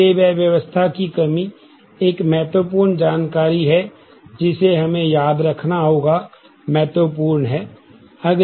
इसलिए वह व्यवस्था की कमी एक महत्वपूर्ण जानकारी है जिसे हमें याद रखना होगा महत्वपूर्ण है